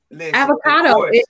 Avocado